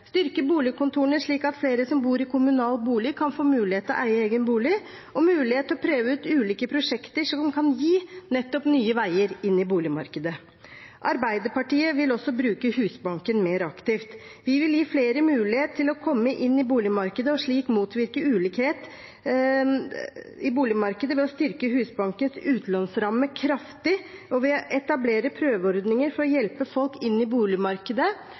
styrke boligkontorene, slik at flere som bor i kommunal bolig, kan få mulighet til å eie egen bolig og mulighet til å prøve ut ulike prosjekter som kan gi nettopp nye veier inn i boligmarkedet. Arbeiderpartiet vil også bruke Husbanken mer aktivt. Vi vil gi flere mulighet til å komme inn i boligmarkedet og motvirke ulikhet i boligmarkedet ved å styrke Husbankens utlånsramme kraftig, ved å etablere prøveordninger for å hjelpe folk inn i boligmarkedet